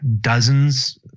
dozens